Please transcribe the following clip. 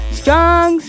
strong